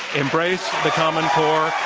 embrace the common core.